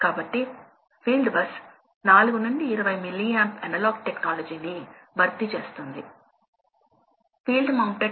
కాబట్టి మేము రెండు సాధారణ పద్ధతులను పరిశీలించబోతున్నాము మరియు వాటి ఎనర్జీ లక్షణాలు ఎలా భిన్నంగా ఉంటాయో చూపించబోతున్నాము